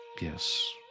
yes